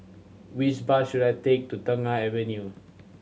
which bus should I take to Tengah Avenue